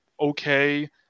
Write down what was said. okay